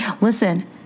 Listen